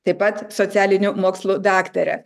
taip pat socialinių mokslų daktare